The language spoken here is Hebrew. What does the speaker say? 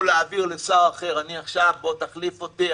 שר לא יכול להעביר לשר אחר בוא תחליף אותי,